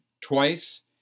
twice